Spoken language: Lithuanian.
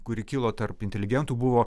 kuri kilo tarp inteligentų buvo